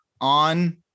on